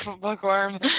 bookworm